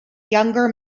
younger